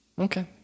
Okay